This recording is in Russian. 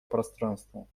пространства